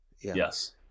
Yes